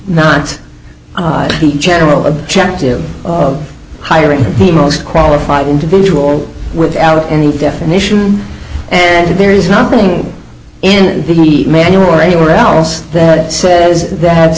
the general objective of hiring the most qualified individual without any definition and there is nothing in the manual or anywhere else that it says that